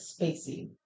spacey